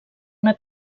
una